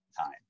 time